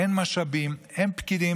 אין משאבים ואין פקידים.